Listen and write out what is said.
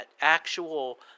actual